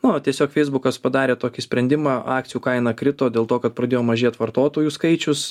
nu tiesiog feisbukas padarė tokį sprendimą akcijų kaina krito dėl to kad pradėjo mažėt vartotojų skaičius